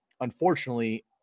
Unfortunately